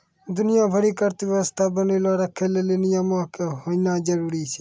दुनिया भरि के अर्थव्यवस्था बनैलो राखै लेली नियमो के होनाए जरुरी छै